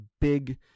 big